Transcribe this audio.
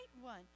one